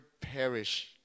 perish